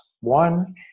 One